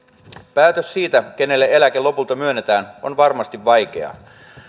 päätös siitä kenelle eläke lopulta myönnetään on varmasti vaikea